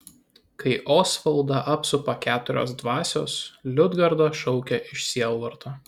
kai osvaldą apsupa keturios dvasios liudgarda šaukia iš sielvarto